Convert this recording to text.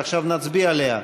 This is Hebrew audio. ועכשיו נצביע עליה.